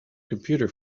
computer